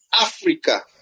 Africa